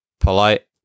Polite